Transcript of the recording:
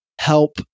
help